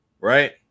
right